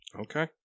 Okay